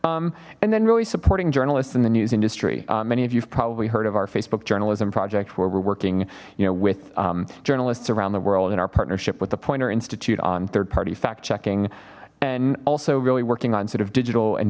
similar and then really supporting journalists in the news industry many of you have probably heard of our facebook journalism project where we're working you know with journalists around the world in our partnership with the pointer institute on third party fact checking and also really working on sort of digital and